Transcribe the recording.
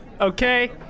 Okay